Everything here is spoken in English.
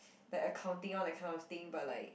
like accounting all that kind of thing but like